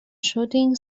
shooting